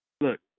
Look